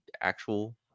actual